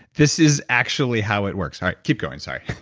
this is actually how it works. all right. keep going. sorry